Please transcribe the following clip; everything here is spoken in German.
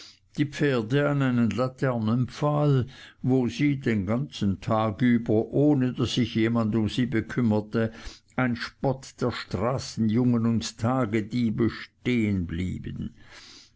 die pferde an einen laternenpfahl wo sie den ganzen tag über ohne daß sich jemand um sie bekümmerte ein spott der straßenjungen und tagediebe stehen blieben